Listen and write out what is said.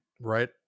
right